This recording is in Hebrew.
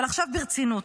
אבל עכשיו ברצינות,